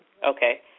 Okay